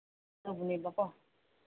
ꯇꯧꯕꯅꯦꯕꯀꯣ